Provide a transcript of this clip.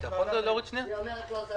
זה דבר אחד.